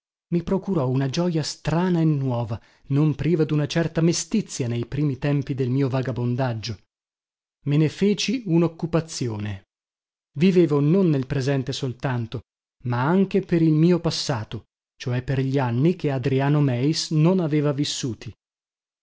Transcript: mi procurò una gioja strana e nuova non priva duna certa mestizia nei primi tempi del mio vagabondaggio me ne feci unoccupazione vivevo non nel presente soltanto ma anche per il mio passato cioè per gli anni che adriano meis non aveva vissuti